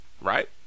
right